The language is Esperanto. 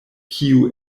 kiu